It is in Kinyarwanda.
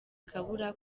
akabura